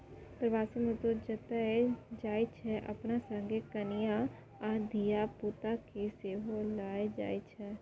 प्रबासी मजदूर जतय जाइ छै अपना संगे कनियाँ आ धिया पुता केँ सेहो लए जाइ छै